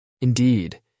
Indeed